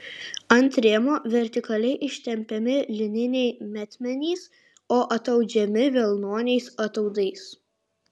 ant rėmo vertikaliai ištempiami lininiai metmenys o ataudžiami vilnoniais ataudais